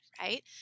right